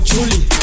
Julie